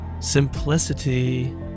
simplicity